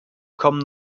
kommen